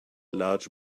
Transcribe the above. large